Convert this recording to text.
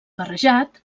barrejat